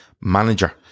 manager